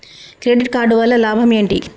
Credit card వల్ల లాభం ఏంటి?